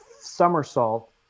somersault